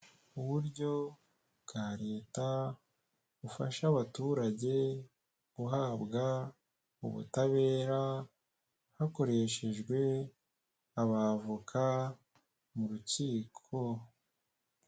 Uburyo bwa leta bufasha abaturage guhabwa ubutabera hakoreshejwe abavoka mu rukiko.